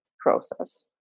process